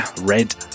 Red